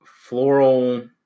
floral